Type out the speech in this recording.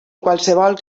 qualsevol